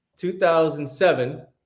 2007